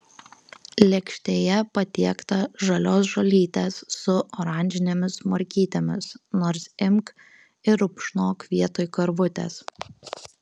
lėkštėje patiekta žalios žolytės su oranžinėmis morkytėmis nors imk ir rupšnok vietoj karvutės